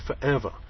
forever